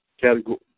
Category